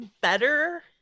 better